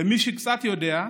למי שקצת יודע,